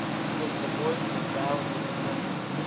it was the voice of bowser the hound,